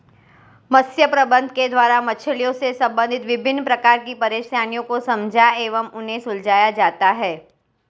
मत्स्य प्रबंधन के द्वारा मछलियों से संबंधित विभिन्न प्रकार की परेशानियों को समझा एवं उन्हें सुलझाया जाता है